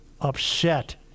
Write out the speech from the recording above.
upset